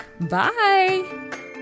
Bye